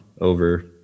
over